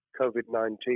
COVID-19